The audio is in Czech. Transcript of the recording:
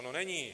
No není.